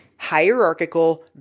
hierarchical